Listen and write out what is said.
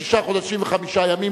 שישה חודשים וחמישה ימים,